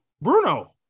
Bruno